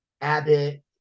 Abbott